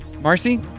Marcy